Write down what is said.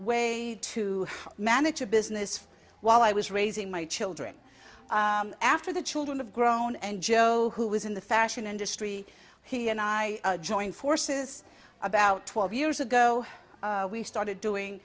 way to manage a business while i was raising my children after the children have grown and joe who was in the fashion industry he and i joined forces about twelve years ago we started doing